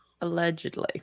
Allegedly